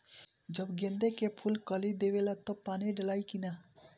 जब गेंदे के फुल कली देवेला तब पानी डालाई कि न?